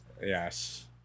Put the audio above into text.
Yes